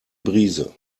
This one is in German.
brise